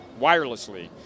wirelessly